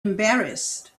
embarrassed